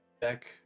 Beck